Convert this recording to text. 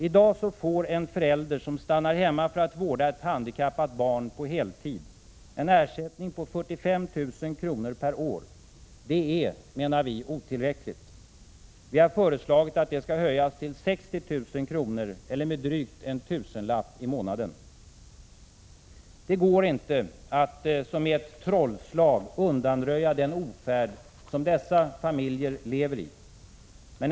I dag får en förälder som stannar hemma för att vårda ett handikappat barn på heltid en ersättning på 45 000 kr. per år. Det är otillräckligt, menar vi. Vi har föreslagit att det skall höjas till 60 000 kr., eller med drygt en tusenlapp i månaden. Det går inte att som genom ett trollslag undanröja den ofärd som dessa familjer lever i.